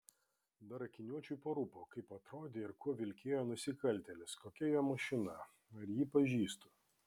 dar akiniuočiui parūpo kaip atrodė ir kuo vilkėjo nusikaltėlis kokia jo mašina ar jį pažįstu